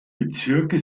bezirke